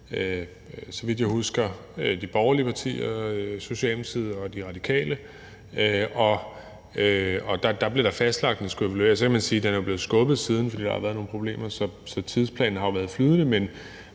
så vidt jeg husker, de borgerlige partier, Socialdemokratiet og De Radikale. Og der blev det fastlagt, at lovgivningen skulle evalueres. Så kan man sige, at den er blevet skubbet siden, fordi der har været nogle problemer, så tidsplanen har jo været flydende;